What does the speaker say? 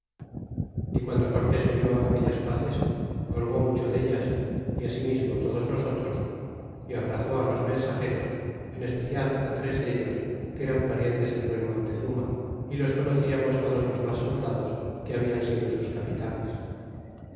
y finando cortes oyó aquellas paces holgó mucho deltas y asimismo todos nosotros é abrazó á los mensageros en especial a tres dellos que eran parientes del buen montezmna y los orlamos todos los mas soldados que hablan sido sus capitanes